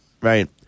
right